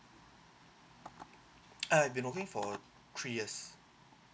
uh I've been working for three years